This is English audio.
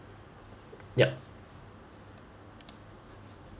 yup